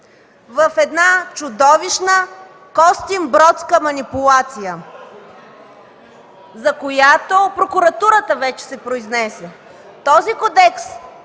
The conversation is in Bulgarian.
в една чудовищна Костинбродска манипулация, за която прокуратурата вече се произнесе. Този кодекс